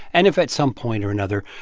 and if at some point or another,